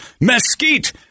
mesquite